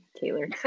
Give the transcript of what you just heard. Taylor